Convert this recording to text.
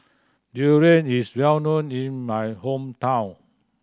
durian is well known in my hometown